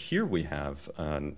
here we have